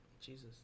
Jesus